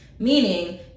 Meaning